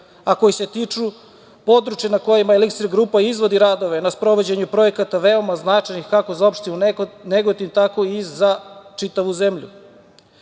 a koji se tiču područja na kojima „Eliksir grupa“ izvodi radove na sprovođenju projekata veoma značajnih kako za opštinu Negotin, tako i za čitavu zemlju.